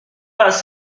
pas